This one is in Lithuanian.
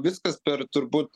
viskas per turbūt